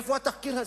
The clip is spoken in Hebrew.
איפה התחקיר הזה,